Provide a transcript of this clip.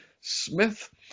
Smith